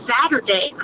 Saturday